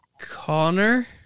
Connor